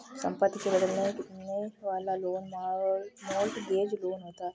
संपत्ति के बदले मिलने वाला लोन मोर्टगेज लोन होता है